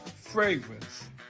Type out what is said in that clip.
fragrance